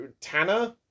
Tanner